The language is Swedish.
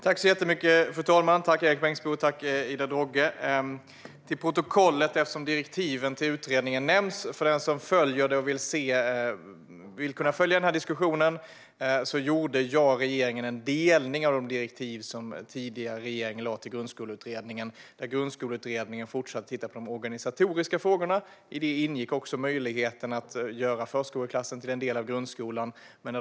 Fru talman! Tack, Erik Bengtzboe och Ida Drougge! För protokollet och för den som vill kunna följa denna diskussion vill jag, eftersom direktiven till utredningen nämns, påpeka att jag och regeringen gjorde en delning av de direktiv som den tidigare regeringen gett Grundskoleutredningen. Grundskoleutredningen tittar fortsatt på de organisatoriska frågorna. Där ingick också möjligheten att göra förskoleklassen till en del av grundskolan.